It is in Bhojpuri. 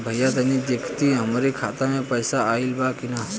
भईया तनि देखती हमरे खाता मे पैसा आईल बा की ना?